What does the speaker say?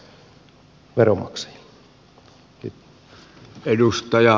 arvoisa puhemies